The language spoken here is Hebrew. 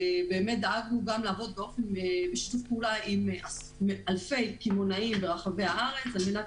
ודאגנו לעבוד בשיתוף פעולה עם אלפי קמעונאים ברחבי הארץ על מנת